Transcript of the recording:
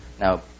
Now